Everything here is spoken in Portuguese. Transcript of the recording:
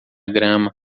grama